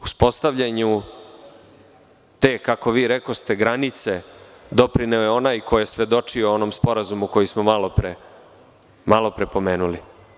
Uspostavljanju te, kako vi rekoste – granice, doprineo je onaj koji je svedočio o onom sporazumu koji smo malo pre pomenuli.